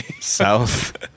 south